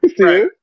Right